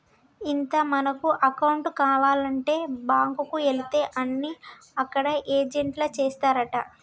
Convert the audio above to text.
ఇంత మనకు అకౌంట్ కావానంటే బాంకుకు ఎలితే అన్ని అక్కడ ఏజెంట్లే చేస్తారంటా